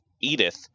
Edith